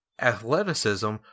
athleticism